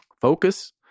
focus